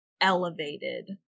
elevated